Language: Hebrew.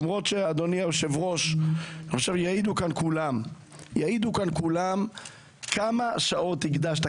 למרות שיעידו כאן כולם כמה שעות הקדשת,